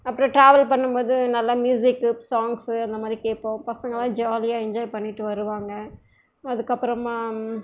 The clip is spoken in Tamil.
அப்புறம் ட்ராவல் பண்ணும்போது நல்லா ம்யூசிக்கு சாங்ஸு அந்த மாதிரி கேட்போம் பசங்களெலாம் ஜாலியாக என்ஜாய் பண்ணிவிட்டு வருவாங்க அதுக்கப்புறமா